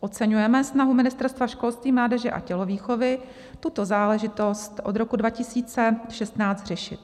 Oceňujeme snahu Ministerstva školství, mládeže a tělovýchovy tuto záležitost od roku 2016 řešit.